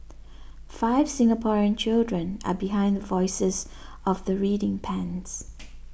five Singaporean children are behind the voices of the reading pens